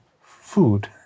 food